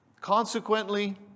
Consequently